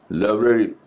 library